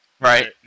Right